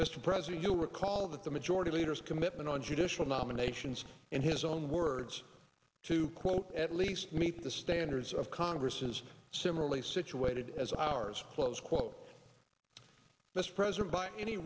mr president you'll recall that the majority leader's commitment on judicial nominations in his own words to quote at least meet the standards of congress is similarly situated as ours close quote this president by any